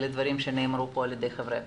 למה שנאמר כאן על ידי חברי הכנסת.